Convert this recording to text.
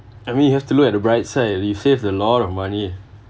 I mean you have to look at the bright side you save a lot of money